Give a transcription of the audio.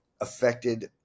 affected